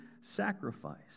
sacrifice